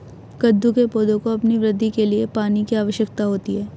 कद्दू के पौधों को अपनी वृद्धि के लिए पानी की आवश्यकता होती है